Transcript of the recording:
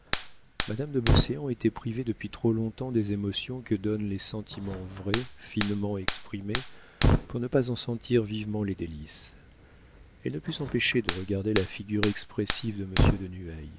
madame de beauséant était privée depuis trop longtemps des émotions que donnent les sentiments vrais finement exprimés pour ne pas en sentir vivement les délices elle ne put s'empêcher de regarder la figure expressive de monsieur de